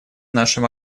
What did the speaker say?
нашим